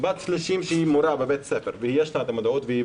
בת 30 שהיא מורה בבית ספר ויש לה מודעות והיא